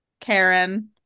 Karen